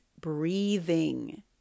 breathing